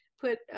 put